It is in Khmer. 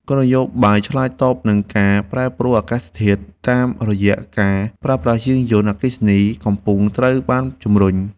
គោលនយោបាយឆ្លើយតបនឹងការប្រែប្រួលអាកាសធាតុតាមរយៈការប្រើប្រាស់យានយន្តអគ្គិសនីកំពុងត្រូវបានជំរុញ។